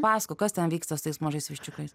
pasakok kas ten vyksta su tais mažais viščiukais